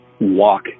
walk